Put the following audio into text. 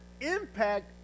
impact